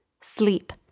sleep